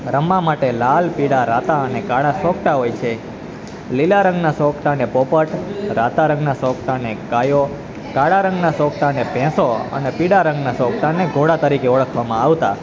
રમવા માટે લાલ પીળા રાતા અને કાળા સોગટા હોય છે લીલા રંગના સોગટા કે પોપટ રાતા રંગના સોગટાને કાયો કાળા રંગના સોંપટાને ભેંસો અને પીળા રંગના સોગટાને ઘોળા તરીકે ઓળખવામાં આવતા